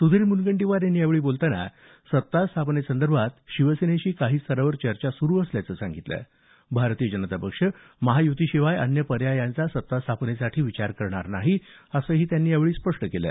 सुधीर मुनगंटीवार यांनी यावेळी बोलताना सत्ता स्थापनेसंदर्भात शिवसेनेशी काही स्तरावर चर्चा सुरू असल्याचं सांगितलं भारतीय जनता पक्ष महायुतीशिवाय अन्य पर्यायाचा विचार करणार नाही असंही त्यांनी स्पष्ट केलं